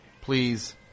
please